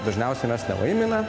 dažniausiai mes nelaimime